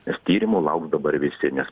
nes tyrimo lauks dabar visi nes